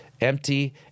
empty